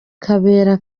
kabera